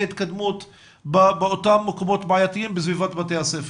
התקדמות באותם מקומות בעייתיים בסביבת בתי הספר.